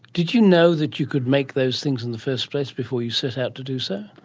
did you know that you could make those things in the first place before you set out to do so?